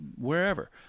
wherever